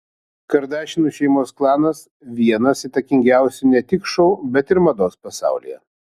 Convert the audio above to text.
kardašianų šeimos klanas vienas įtakingiausių ne tik šou bet ir mados pasaulyje